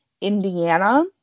Indiana